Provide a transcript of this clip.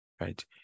right